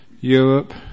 Europe